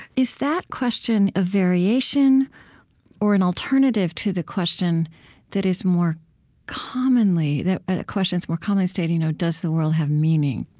is that question a variation or an alternative to the question that is more commonly ah the question is more commonly stated, you know does the world have meaning?